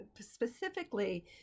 specifically